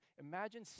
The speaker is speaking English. Imagine